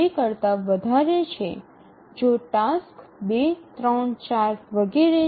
૨ કરતા વધારે છે જો ટાસ્ક ૨ ૩ ૪ વગેરે